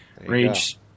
Rage